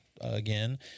again